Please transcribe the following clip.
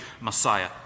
Messiah